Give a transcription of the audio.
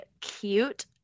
cute